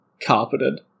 carpeted